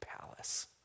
palace